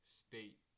state